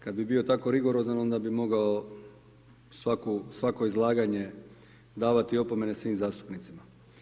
Kad bi bio tako rigorozan onda bi mogao svaku, svako izlaganje davati opomene svim zastupnicima.